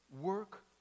work